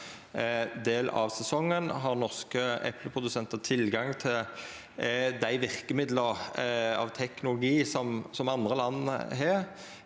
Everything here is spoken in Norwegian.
del av sesongen. Har norske epleprodusentar tilgang til dei verkemidla av teknologi som andre land har,